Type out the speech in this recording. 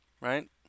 right